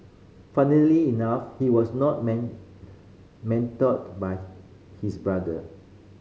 funnily enough he was not mentored by his brother